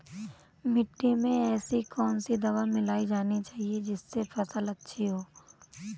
मिट्टी में ऐसी कौन सी दवा मिलाई जानी चाहिए जिससे फसल अच्छी हो?